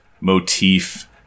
motif